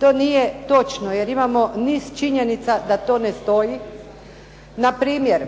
To nije točno jer imamo niz činjenica da to ne stoji. Npr.,